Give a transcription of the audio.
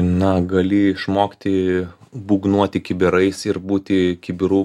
na gali išmokti būgnuoti kibirais ir būti kibirų